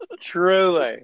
Truly